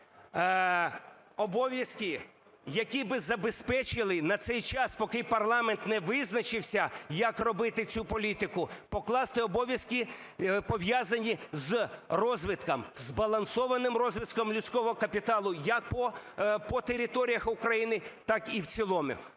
обов'язки, які би забезпечили на цей час, поки парламент не визначився, як робити цю політику, покласти обов'язки, пов'язані з розвитком, збалансованим розвитком людського капіталу як по територіях України, так і в цілому.